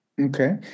Okay